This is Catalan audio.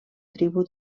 tribu